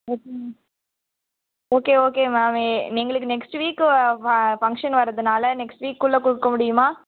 okay okay ma'am எங்களுக்கு next week function வரதுனால next வீக்குள்ளே கொடுக்க முடியுமா